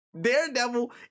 Daredevil